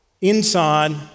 inside